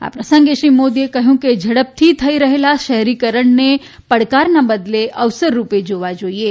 આ પ્રસંગે શ્રી મોદીએ કહ્યું કે ઝડપથી થઇ રહેલા શહેરીકરણને પડકારના બદલે અવસર રૂપે જોવા જોઇએ